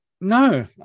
No